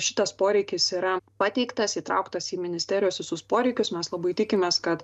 šitas poreikis yra pateiktas įtrauktas į ministerijos visus poreikius mes labai tikimės kad